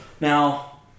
Now